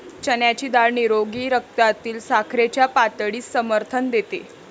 चण्याची डाळ निरोगी रक्तातील साखरेच्या पातळीस समर्थन देते